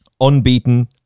unbeaten